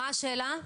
מה השאלה?